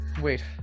Wait